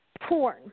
porn